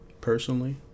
personally